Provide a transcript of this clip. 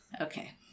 Okay